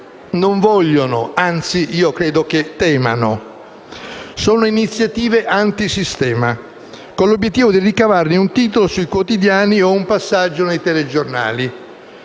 non vogliono (anzi, io credo che temano). Sono iniziative antisistema, con l'obiettivo di ricavarne un titolo sui quotidiani o un passaggio sui telegiornali: